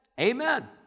amen